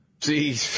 See